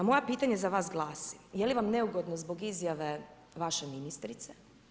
Moje pitanje za vas glasi, je li vam neugodno zbog izjave vaše ministrice?